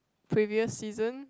previous season